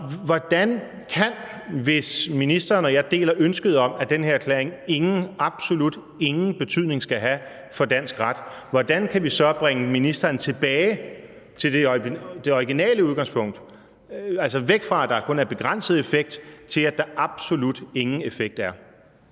osv. Så hvis ministeren og jeg deler ønsket om, at den her erklæring absolut ingen betydning skal have for dansk ret, hvordan kan vi så bringe ministeren tilbage til det originale udgangspunkt, altså væk fra at der kun er begrænset effekt, til at der absolut ingen effekt er?